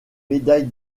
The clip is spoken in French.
médaille